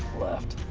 left.